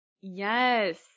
Yes